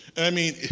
i mean,